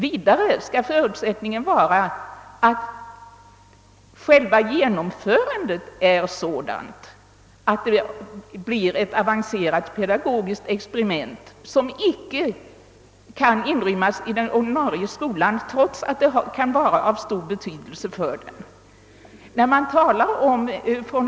Vidare skall själva genomförandet vara sådant, att det blir ett avancerat pedagogiskt experiment, som icke kan inrymmas i den ordinarie skolan trots att det kan ha stor betydelse för denna.